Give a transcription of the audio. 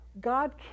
God